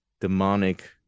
demonic